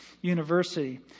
University